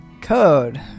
code